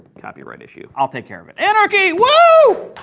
copyright issue. i'll take care of it. anarchy wooo!